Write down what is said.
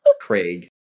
Craig